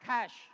Cash